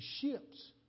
ships